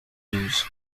douze